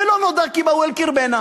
"ולא נודע כי באו אל קרבנה".